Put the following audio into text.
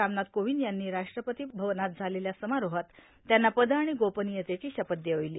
रामनाथ कोविंद यांनी राष्ट्रपती भवनात झालेल्या समारोहात त्यांना पद आणि गोपनियतेची शपथ देवविली